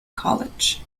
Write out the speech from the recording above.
college